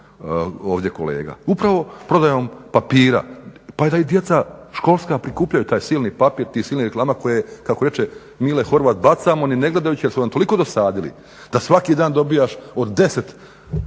ovdje kolega. Upravo prodajom papira, pa da i djeca školska prikupljaju taj silni papir tih silnih reklama koje, kako reče Mile Horvat, bacamo ni ne gledajući jer su nam toliko dosadili, da svaki dan dobivaš od 10